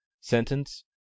Sentence